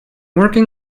working